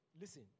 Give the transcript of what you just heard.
Listen